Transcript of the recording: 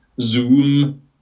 zoom